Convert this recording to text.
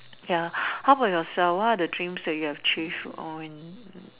ya how about yourself what are the dreams that you have achieved